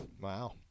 Wow